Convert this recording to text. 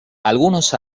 algunos